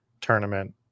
tournament